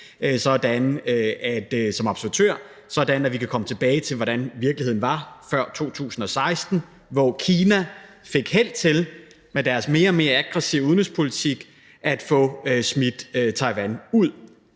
som observatør, sådan at vi kan komme tilbage til, hvordan virkeligheden var før 2016, hvor Kina fik held til med deres mere og mere aggressive udenrigspolitik at få smidt Taiwan ud.